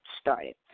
started